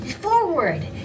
Forward